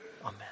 Amen